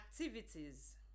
activities